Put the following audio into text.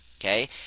okay